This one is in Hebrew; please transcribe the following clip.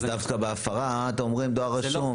אז דווקא בהפרה אתם מבקשים דואר רשום?